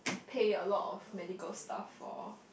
pay a lot of medical stuff for